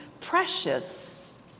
precious